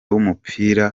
w’umupira